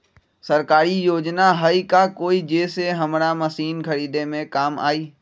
सरकारी योजना हई का कोइ जे से हमरा मशीन खरीदे में काम आई?